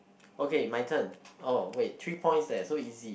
okay my turn oh wait three points leh so easy